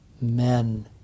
men